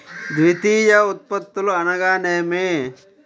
ద్వితీయ ఉత్పత్తులు అనగా నేమి?